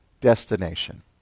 destination